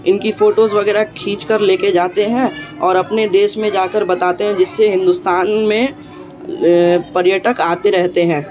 ان کی فوٹوز وغیرہ کھینچ کر لے کے جاتے ہیں اور اپنے دیش میں جا کر بتاتے ہیں جس سے ہندوستان میں پریٹک آتے رہتے ہیں